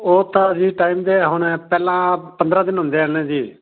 ਉਹ ਤਾਂ ਅਸੀਂ ਟਾਈਮ ਦੇ ਹੁਣ ਪਹਿਲਾਂ ਪੰਦਰ੍ਹਾਂ ਦਿਨ ਹੁੰਦੇ ਹੈ ਨਾ ਜੀ